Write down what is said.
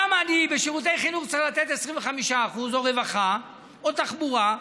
למה אני בשירותי חינוך צריך לתת 25% או רווחה או תחבורה,